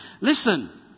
Listen